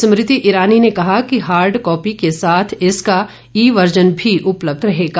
स्मृति ईरानी ने कहा कि हार्ड कॉपी के साथ इसका ई वर्जन भी उपलब्ध रहेगा